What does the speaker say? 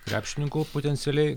krepšininkų potencialiai